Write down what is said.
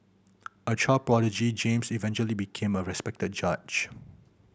a child prodigy James eventually became a respected judge